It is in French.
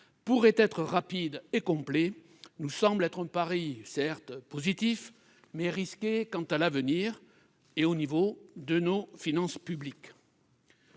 pourrait être rapide et complet nous semble être un pari certes positif, mais risqué quant à l'avenir ... et au niveau de nos finances publiques.